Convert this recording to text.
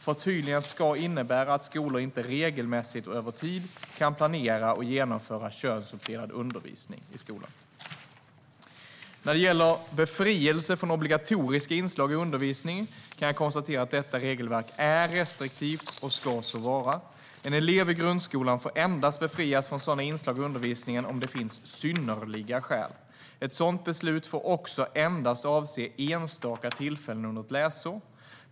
Förtydligandet ska innebära att skolor inte regelmässigt och över tid kan planera och genomföra könsuppdelad undervisning i skolan. När det gäller befrielse från obligatoriska inslag i undervisning kan jag konstatera att detta regelverk är restriktivt och ska så vara. En elev i grundskolan får endast befrias från sådana inslag i undervisningen om det finns synnerliga skäl. Ett sådant beslut får också endast avse enstaka tillfällen under ett läsår.